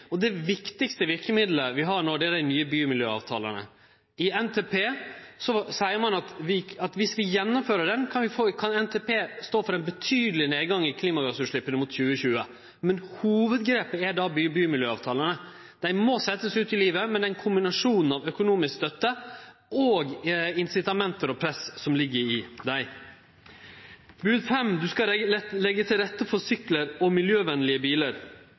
og det viktigaste verkemidlet vi har no, er dei nye bymiljøavtalene. I NTP seier ein at viss ein gjennomfører han, kan NTP stå for ein betydeleg nedgang i klimagassutsleppa mot 2020. Men hovudgrepet er då bymiljøavtalene. Dei må setjast ut i livet med ein kombinasjon av økonomisk støtte, incitament og press som ligg i dei. Det femte bodet lyder: Du skal leggje til rette for syklar og miljøvennlege bilar.